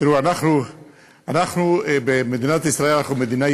אנחנו במדינת ישראל אנחנו מדינה,